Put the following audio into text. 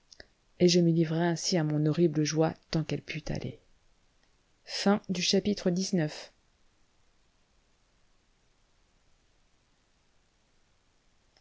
et je me livrai ainsi à mon horrible joie tant qu'elle put aller